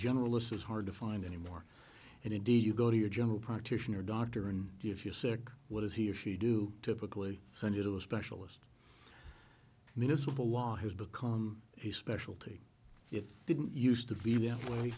generalist is hard to find any more and indeed you go to your general practitioner doctor and if you're sick what is he or she do typically send you to a specialist municipal law has become his specialty it didn't used to be